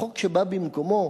החוק שבא במקומו,